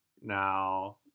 Now